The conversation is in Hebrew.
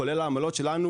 כולל העמלות שלנו,